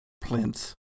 plinth